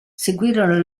seguirono